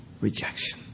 rejection